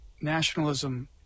nationalism